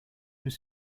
was